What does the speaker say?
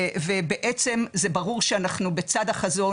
ובעצם זה ברור שאנחנו בצד החזון,